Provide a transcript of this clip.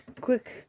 quick